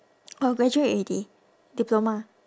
oh graduate already diploma